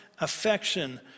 affection